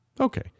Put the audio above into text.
Okay